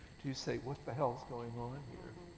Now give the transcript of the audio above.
to say, what the hell is going on and here,